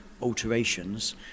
alterations